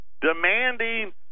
demanding